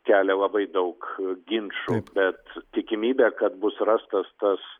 kelia labai daug ginčų bet tikimybė kad bus rastas tas